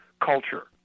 culture